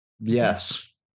Yes